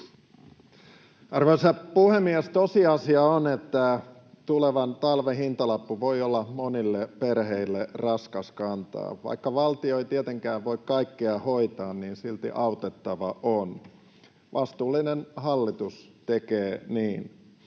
Arvoisa puhemies! Tosiasia on, että tulevan talven hintalappu voi olla monille perheille raskas kantaa. Vaikka valtio ei tietenkään voi kaikkea hoitaa, niin silti autettava on. Vastuullinen hallitus tekee niin.